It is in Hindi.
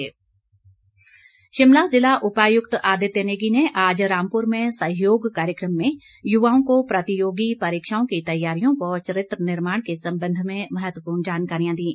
आदित्य नेगी शिमला जिला उपायुक्त आदित्य नेगी ने आज रामपुर में सहयोग कार्यक्रम में युवाओं को प्रतियोगी परीक्षाओं की तैयारियों व चरित्र निर्माण के संबंध में महत्वपूर्ण जानकारियां दीं